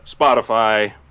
Spotify